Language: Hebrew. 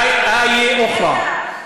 (אומר בערבית: